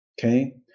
okay